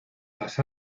las